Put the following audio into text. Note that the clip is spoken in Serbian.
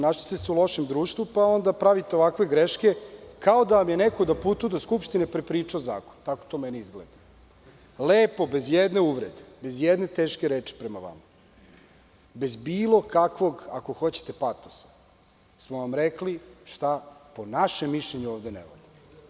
Našli ste se u lošem društvu, pa onda pravite ovakve greške, kao da vam je neko na putu do Skupštine prepričao zakon, tako meni to izgleda, lepo, bez ijedne uvrede, bez ijedne teške reči prema vama, bez bilo kakvog, ako hoćete, patosa, smo vam rekli po našem mišljenju, šta ovde ne valja.